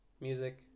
music